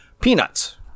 Peanuts